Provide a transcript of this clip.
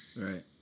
Right